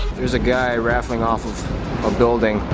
there's a guy raffling off a building.